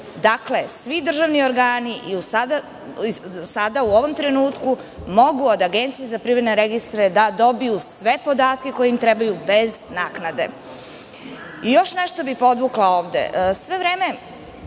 Svi državni organi u ovom trenutku mogu od Agencije za privredne registre da dobiju sve podatke koji im trebaju bez naknade. Još nešto bih podvukla ovde. Sve vreme